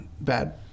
bad